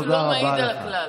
המיעוט לא מעיד על הכלל.